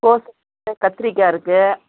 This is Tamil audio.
கோஸ் இருக்குது கத்திரிக்காய் இருக்குது